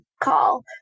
call